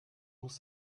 muss